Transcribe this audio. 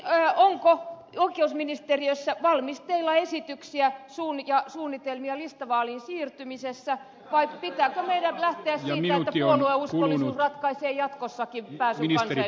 onko oikeusministeriössä valmisteilla esityksiä ja suunnitelmia listavaaliin siirtymisestä vai pitääkö meidän lähteä siitä että puolueuskollisuus ratkaisee jatkossakin pääsyn kansanedustajaksi